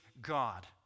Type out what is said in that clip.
God